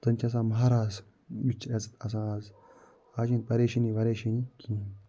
زَنہٕ چھِ آسان مہراز یُتھ چھِ عزت آسان آز آز چھِنہٕ پریشٲنی وریشٲنی کِہیٖنۍ